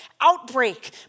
outbreak